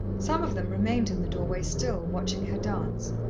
some of them remained in the doorway still, watching her dance,